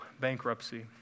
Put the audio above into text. bankruptcy